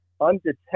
undetected